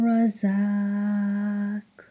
Razak